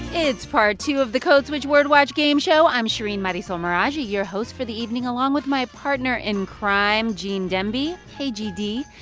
it's part two of the code switch word watch game show. i'm shereen marisol meraji, your host for the evening, along with my partner in crime, gene demby hey, gd.